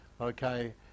okay